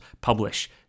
publish